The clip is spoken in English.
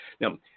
Now